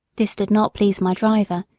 this did not please my driver,